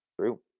True